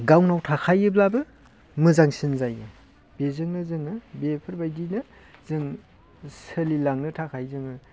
गावनाव थाखायोब्लाबो मोजांसिन जायो बेजोंनो जोङो बिफोरबायदिनो जों सोलिलांनो थाखाय जोङो